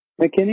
McKinney